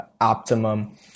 optimum